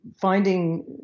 finding